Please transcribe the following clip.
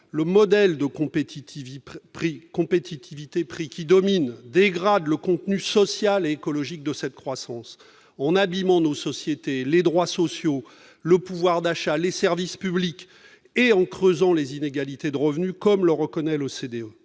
prix compétitivité-prix qui domine dégradent le contenu social et écologique de cette croissance on abîmant nos sociétés, les droits sociaux, le pouvoir d'achat, les services publics et en creusant les inégalités de revenus, comme le reconnaît l'OCDE